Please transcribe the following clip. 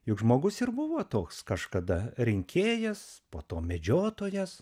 juk žmogus ir buvo toks kažkada rinkėjas po to medžiotojas